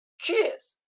cheers